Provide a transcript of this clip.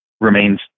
remains